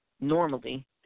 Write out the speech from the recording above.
normally